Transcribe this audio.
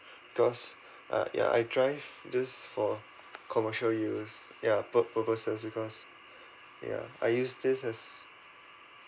because uh ya I drive this for commercial use ya pur~ purposes because ya I use this as